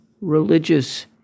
religious